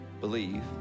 believe